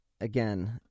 again